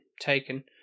taken